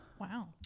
wow